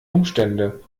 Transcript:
umstände